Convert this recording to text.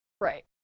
Right